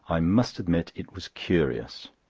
i must admit it was curious.